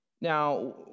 Now